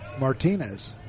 Martinez